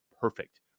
perfect